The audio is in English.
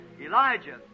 Elijah